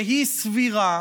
שהיא סבירה,